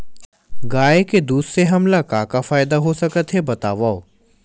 गाय के दूध से हमला का का फ़ायदा हो सकत हे बतावव?